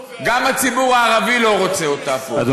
החוק קובע, גם הציבור הערבי לא רוצה אותה פה.